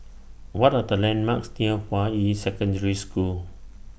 What Are The landmarks near Hua Yi Secondary School